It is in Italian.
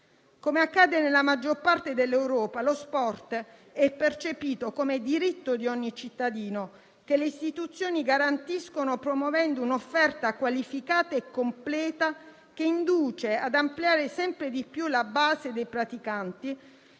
Come accade nella maggior parte dell'Europa, lo sport è percepito come diritto di ogni cittadino che le istituzioni garantiscono promuovendo un'offerta qualificata e completa che induce ad ampliare sempre di più la base dei praticanti;